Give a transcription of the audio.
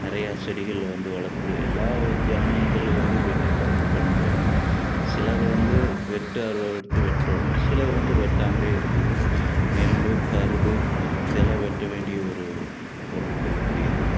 நிறையா செடிகள் வந்து வளர்த்துக்கணும் எல்லா தானியங்கள் வந்து வெட்டி இது பண்ணிக்கணும் சிலது வந்து வெட்டு அருவால் எடுத்து வெட்டணும் சிலது வந்து வெட்டாமல் இருக்குது நெல்லு கருது இதெல்லாம் வெட்ட வேண்டிய ஒரு ஒரு ஒரு உருப்படி அது